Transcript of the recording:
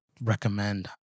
recommend